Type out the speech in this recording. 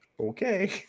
okay